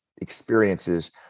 experiences